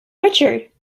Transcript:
richard